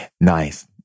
nice